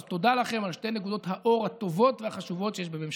אז תודה לכם על שתי נקודות האור הטובות והחשובות שיש בממשלתכם.